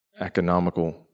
economical